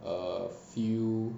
a few